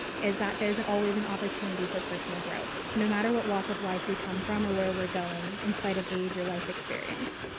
is that there isn't always an opportunity for personal growth. no matter what walk of life we come from or where we going in spite of age or life experience,